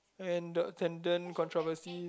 and the then the controversies